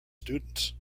students